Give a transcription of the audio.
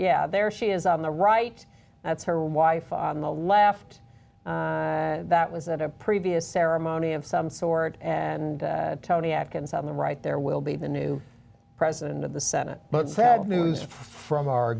yeah there she is on the right that's her wife on the left that was at a previous ceremony of some sort and tony atkins on the right there will be the new president of the senate but sad news from our